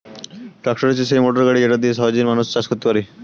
tractor হচ্ছে সেই motor গাড়ি যেটা দিয়ে সহজে মানুষ চাষ করতে পারে